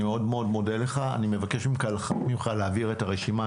אני מאוד מודה לך ומבקש ממך להעביר אלינו את הרשימה.